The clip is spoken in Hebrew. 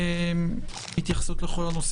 (תיקון מס' 4), התשפ"א-2021 אושרו.